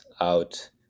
out